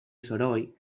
soroll